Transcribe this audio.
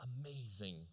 amazing